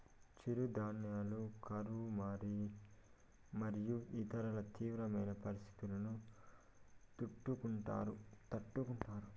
చిరుధాన్యాలు కరువు మరియు ఇతర తీవ్రమైన పరిస్తితులను తట్టుకుంటాయి